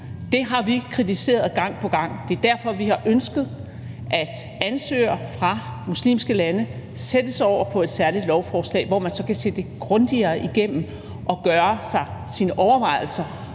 Det har vi kritiseret gang på gang. Det er derfor, vi har ønsket, at ansøgere fra muslimske lande sættes over på et særligt lovforslag, hvor man så kan se det grundigere igennem og gøre sig sine overvejelser,